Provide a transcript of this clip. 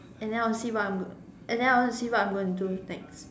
and then I'll see what I'm and then I want to see what I'm going to do next